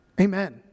Amen